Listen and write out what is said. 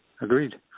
agreed